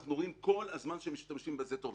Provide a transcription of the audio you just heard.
אנחנו כל הזמן רואים שהם משתמשים בזה בצורה טובה.